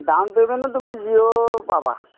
down পে'মেণ্টত তুমি zero পাবা